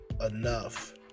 enough